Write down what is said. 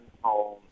home